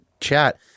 chat